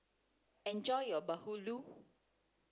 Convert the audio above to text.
enjoy your bahulu